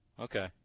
Okay